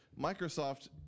Microsoft